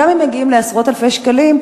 גם אם הם מגיעים לעשרות אלפי שקלים,